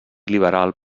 liberal